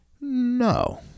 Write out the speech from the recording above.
No